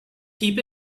keep